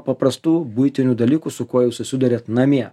paprastų buitinių dalykų su kuo jūs susiduriat namie